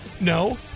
no